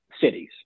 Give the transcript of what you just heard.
cities